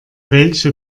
welche